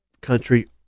country